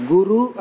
Guru